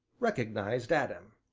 recognized adam.